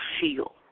feel